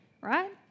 right